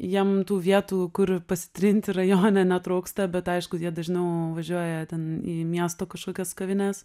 jiem tų vietų kur pasitrinti rajone netrūksta bet aišku jie dažniau važiuoja ten į miesto kažkokias kavines